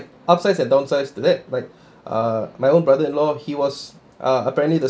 upsides and downsides to that like uh my own brother-in-law he was uh apparently the